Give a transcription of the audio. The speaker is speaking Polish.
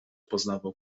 poznawał